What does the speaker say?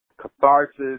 catharsis